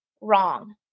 wrong